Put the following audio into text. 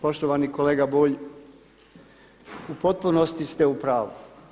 Poštovani kolega Bulj u potpunosti ste u pravu.